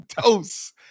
Dose